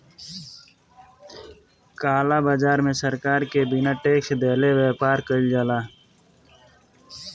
काला बाजार में सरकार के बिना टेक्स देहले व्यापार कईल जाला